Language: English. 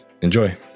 Enjoy